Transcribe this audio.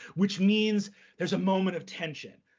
which means there's a moment of tension.